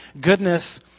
Goodness